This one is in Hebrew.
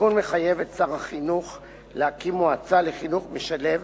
התיקון מחייב את שר החינוך להקים מועצה לחינוך משלב,